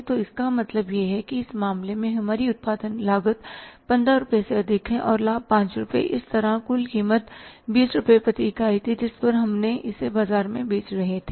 तो इसका मतलब यह है कि इस मामले में हमारी उत्पादन लागत 15 रुपये से अधिक है और लाभ 5 रुपये इस तरह कुल कीमत 20 रुपये प्रति इकाई थी जिस पर हम इसे बाजार में बेच रहे थे